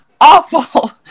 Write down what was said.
awful